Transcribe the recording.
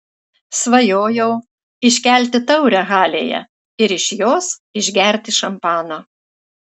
svajojau iškelti taurę halėje ir iš jos išgerti šampano